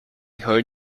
heard